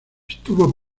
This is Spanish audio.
estuvo